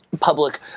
public